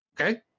Okay